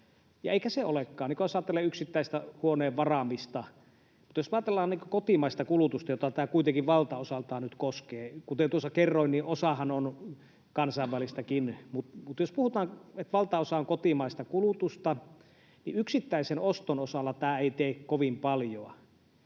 eikä se olekaan, jos ajattelee yksittäistä huoneen varaamista, mutta jos ajatellaan kotimaista kulutusta, jota tämä kuitenkin valtaosaltaan nyt koskee — kuten tuossa kerroin, niin osahan on kansainvälistäkin, mutta jos puhutaan, että valtaosa on kotimaista kulutusta — niin yksittäisen oston osalla tämä ei tee kovin paljoa,